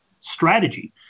strategy